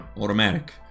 automatic